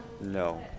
No